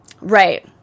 Right